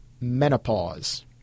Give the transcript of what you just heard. menopause